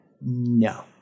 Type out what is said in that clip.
no